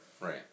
right